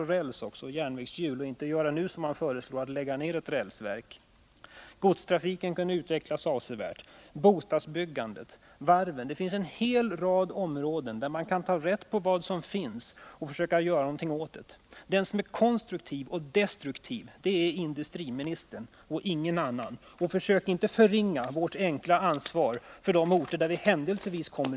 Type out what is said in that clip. Man kunde ju bygga vagnar, rälsoch järnvägshjul och inte göra som man nu föreslår, lägga ned ett rälsverk. Godstrafiken kunde utvecklas avsevärt, bostadsbyggandet kunde ökas. Detsamma gäller våra varv. Det finns en hel rad områden där man kan ta rätt på vad som finns och försöka göra något åt det. Den som är konservativ och destruktiv är industriministern och ingen annan. Försök inte förringa vårt enkla ansvar för de orter från vilka vi händelsevis kommer.